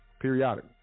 periodic